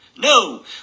No